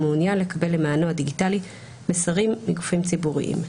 מעוניין לקבל למענו הדיגיטלי מסרים מגופים ציבוריים,